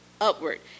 upward